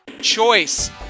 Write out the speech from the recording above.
choice